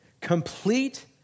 complete